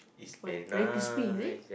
why very crispy is it